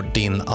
din